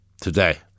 today